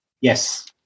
Yes